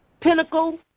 pinnacle